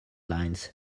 lines